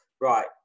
right